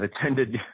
attended